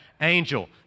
Angel